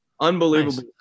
Unbelievable